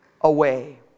away